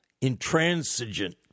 intransigent